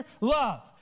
love